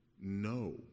No